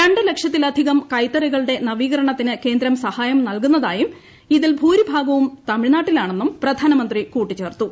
രണ്ട് ലക്ഷത്തിലധികം കൈത്തറികളുടെ നവീകരണത്തിന് കേന്ദ്രം സഹായി നൽകുന്നതായും ഇതിൽ ഭൂരിഭാഗവും തമിഴ്നാട്ടിലാണെന്നും പ്രധാനമന്ത്രി കൂട്ടിച്ചേർത്തു